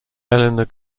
eleanor